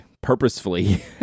purposefully